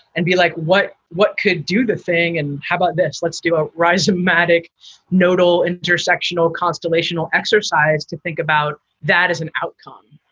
and be like, what? what could do the thing? and how about this? let's do a rise of mattick nodal intersectional constellation will exercise to think about that as an outcome.